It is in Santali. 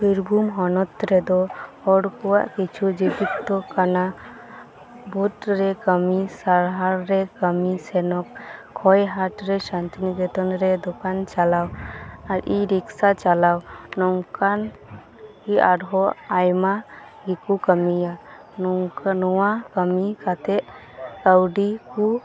ᱵᱤᱨᱵᱷᱩᱢ ᱦᱚᱱᱚᱛ ᱨᱮᱫᱚ ᱦᱚᱲ ᱠᱚᱣᱟᱜ ᱠᱤᱪᱷᱩ ᱡᱤᱵᱤᱠᱟ ᱠᱟᱱᱟ ᱵᱳᱴ ᱨᱮ ᱠᱟᱢᱤ ᱥᱟᱨᱵᱷᱟᱨ ᱨᱮ ᱠᱟᱢᱤ ᱥᱮᱱᱚᱜ ᱠᱷᱳᱣᱟᱭ ᱦᱟᱴ ᱨᱮ ᱥᱮᱱᱚᱜ ᱥᱟᱱᱛᱤᱱᱤᱠᱮᱛᱚᱱ ᱨᱮ ᱫᱚᱠᱟᱱ ᱪᱟᱞᱟᱣ ᱟᱨ ᱤᱼᱨᱤᱠᱥᱟ ᱪᱟᱞᱟᱣ ᱱᱚᱝᱠᱟᱱ ᱜᱮ ᱟᱨᱦᱚᱸ ᱟᱭᱢᱟ ᱜᱮᱠᱚ ᱠᱟᱹᱢᱤᱭᱟ ᱱᱚᱝᱠᱟ ᱱᱚᱶᱟ ᱠᱟᱹᱢᱤ ᱠᱟᱛᱮᱫ ᱠᱟᱹᱣᱰᱤ ᱠᱚ